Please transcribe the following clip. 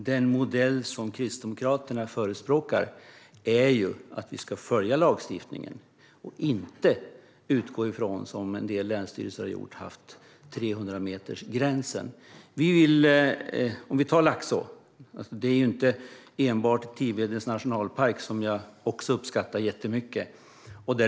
Fru talman! Den modell Kristdemokraterna förespråkar är ju att vi ska följa lagstiftningen och inte, som en del länsstyrelser har gjort, utgå från 300-metersgränsen. Om vi tar Laxå som exempel: Det gäller inte enbart Tivedens nationalpark, som jag också uppskattar jättemycket.